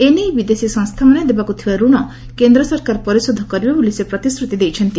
ଏନେଇ ବିଦେଶୀ ସଂସ୍ଥାମାନେ ଦେବାକୁ ଥିବା ଋଣ କେନ୍ଦ୍ର ସରକାର ପରିଶୋଧ କରିବେ ବୋଲି ସେ ପ୍ରତିଶ୍ରୁତି ଦେଇଛନ୍ତି